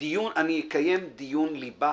אני אקיים דיון ליבה